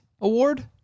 award